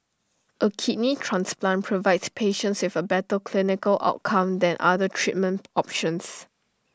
A kidney transplant provides patients with A better clinical outcome than other treatment options